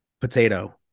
Potato